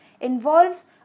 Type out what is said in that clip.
involves